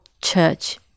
church